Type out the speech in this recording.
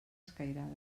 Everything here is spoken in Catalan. escairada